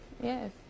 yes